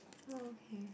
okay